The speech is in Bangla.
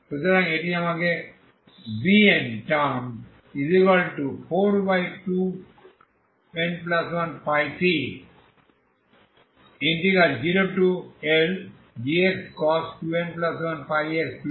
সুতরাং এটি আমাকে Bn42n1πc0Lgcos 2n1πx2L dxদেয়